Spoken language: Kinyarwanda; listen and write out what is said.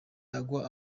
agwa